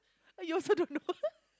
oh you also don't know